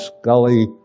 Scully